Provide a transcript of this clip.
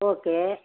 okay